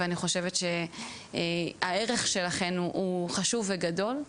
ואני חושבת שהערך שלכן הוא חשוב וגדול.